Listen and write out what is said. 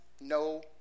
no